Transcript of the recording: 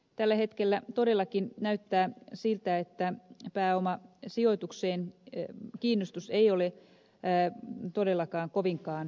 tällä hetkellä todellakin näyttää siltä että kiinnostus pääomasijoitukseen ei ole todellakaan kovinkaan suuri